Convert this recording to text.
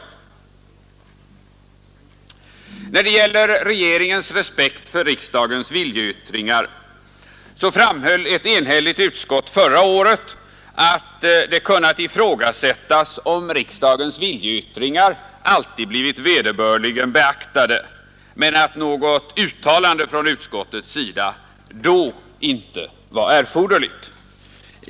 ningsarbete När det gäller regeringens respekt för riksdagens viljeyttringar framhöll ett enhälligt utskott förra året att det kunde ifrågasättas om riksdagens viljeyttringar alltid hade blivit vederbörligen beaktade, men att något uttalande från utskottets sida då inte var erforderligt.